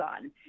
on